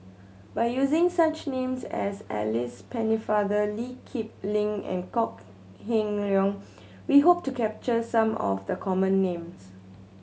by using such names as Alice Pennefather Lee Kip Lin and Kok Heng Leun we hope to capture some of the common names